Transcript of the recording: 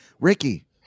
Ricky